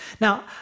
Now